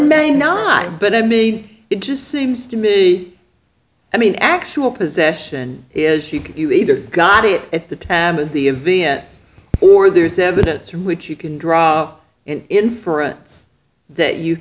may not but i mean it just seems to me i mean actual possession is she could you either got it at the time of the event or there's evidence from which you can draw an inference that you